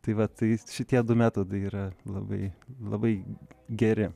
tai va tai šitie du metodai yra labai labai geri